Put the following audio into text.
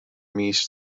mis